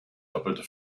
doppelte